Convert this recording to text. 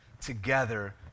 together